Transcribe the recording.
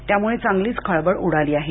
त्यामुळे चांगलीच खळबळ उडाली आहे